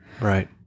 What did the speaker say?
Right